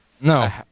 No